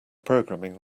programming